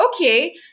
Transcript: okay